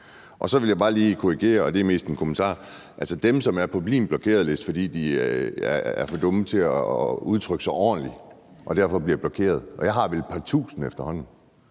Så vil jeg bare lige korrigere – og det er mest en kommentar: Altså, dem, der er på min blokeringsliste, fordi de er for dumme til at udtrykke sig ordentligt og derfor bliver blokeret – og der er vel et par tusind efterhånden